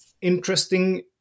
interesting